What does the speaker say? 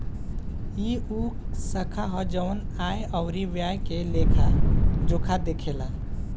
ई उ शाखा ह जवन आय अउरी व्यय के लेखा जोखा देखेला